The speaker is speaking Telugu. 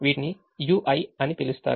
వీటిని ui అని పిలుస్తారు